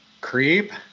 Creep